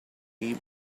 him